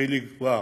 וחיליק בר,